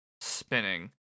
spinning